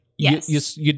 Yes